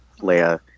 Leia